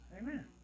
Amen